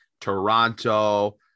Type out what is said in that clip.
Toronto